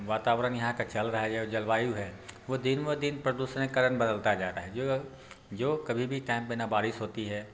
वातावरण यहाँ का चल रहा है जो जलवायु है वह दिन व दिन प्रदूषण के कारण बदलता जा रहा है जो जो कभी भी टाइम पर न बारिश होती है